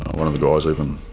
one of the guys even,